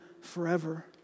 forever